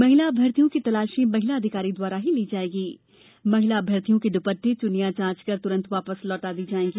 महिला अभ्यर्थियों की तलाशी महिला अधिकारी द्वारा ही ली जाएगी और महिला अभ्यर्थियों के दुपट्टे चुन्नियाँ जांच कर तुरंत वापस लौटा दी जाएगी